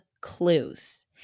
clues